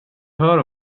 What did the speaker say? hör